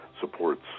supports